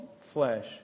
flesh